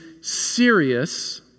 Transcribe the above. serious